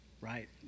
right